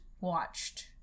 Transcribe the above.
watched